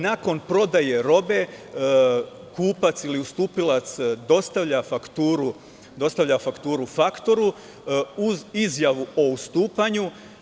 Nakon prodaje robe, kupac ili ustupilac dostavlja fakturu faktoru, uz izjavu o ustupanju.